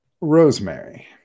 Rosemary